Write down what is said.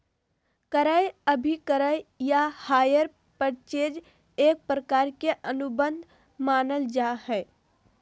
क्रय अभिक्रय या हायर परचेज एक प्रकार के अनुबंध मानल जा हय